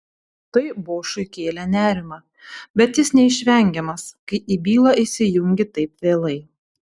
tai bošui kėlė nerimą bet jis neišvengiamas kai į bylą įsijungi taip vėlai